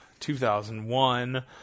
2001